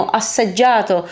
assaggiato